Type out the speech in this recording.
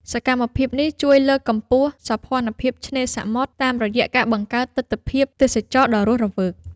សកម្មភាពនេះជួយលើកកម្ពស់ សោភ័ណភាពឆ្នេរសមុទ្រ តាមរយៈការបង្កើតទិដ្ឋភាពទេសចរណ៍ដ៏រស់រវើក។